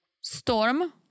Storm